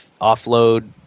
offload